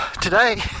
today